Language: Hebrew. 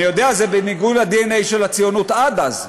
אני יודע, זה בניגוד לדנ"א של הציוניות עד אז,